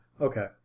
Okay